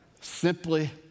simply